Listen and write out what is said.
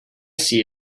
see